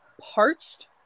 parched